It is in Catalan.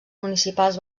municipals